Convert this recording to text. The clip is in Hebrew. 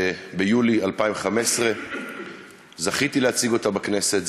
ביולי 2015. זכיתי להציג אותה בכנסת.